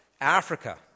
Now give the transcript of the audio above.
Africa